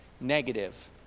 negative